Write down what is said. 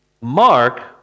Mark